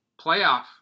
playoff